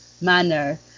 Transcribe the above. manner